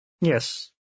Yes